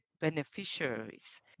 beneficiaries